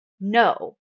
no